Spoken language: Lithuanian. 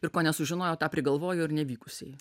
ir ko nesužinojo tą prigalvojo ir nevykusiai